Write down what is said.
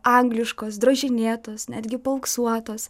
angliškos drožinėtos netgi paauksuotos